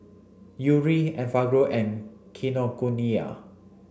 Yuri Enfagrow and Kinokuniya